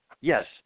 Yes